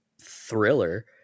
thriller